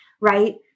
Right